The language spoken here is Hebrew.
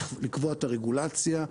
לקבוע את הרגולציה,